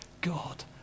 God